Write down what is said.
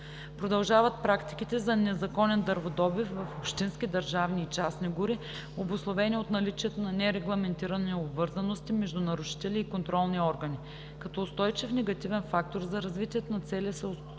Продължават практиките за незаконен дърводобив в общински, държавни и частни гори, обусловени от наличието на нерегламентирани обвързаности между нарушители и контролни органи. Като устойчив негативен фактор за развитието на целия